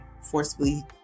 forcibly